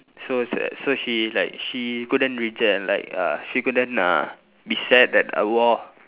so that so she like she couldn't reject and like uh she couldn't uh be sad that I wore